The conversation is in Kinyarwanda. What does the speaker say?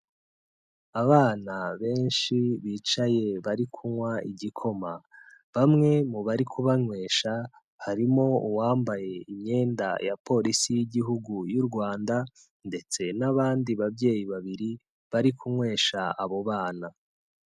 Abana benshi bicaye bari kunywa igikoma, bamwe mu bari kubanywesha harimo uwambaye imyenda ya Polisi y'Igihugu y'u Rwanda ndetse n'abandi babyeyi babiri bari kunywesha abo bana.